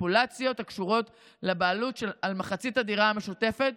מניפולציות הקשורות לבעלות על מחצית הדירה המשותפת,